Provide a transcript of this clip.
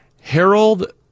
Harold